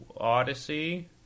Odyssey